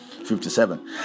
57